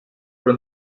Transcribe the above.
però